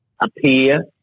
appear